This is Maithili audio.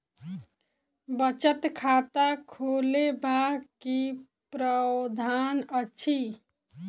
बचत खाता खोलेबाक की प्रावधान अछि?